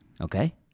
Okay